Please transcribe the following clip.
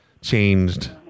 changed